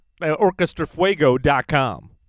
orchestrafuego.com